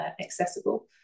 accessible